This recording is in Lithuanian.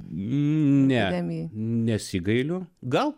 ne nesigailiu gal